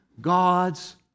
God's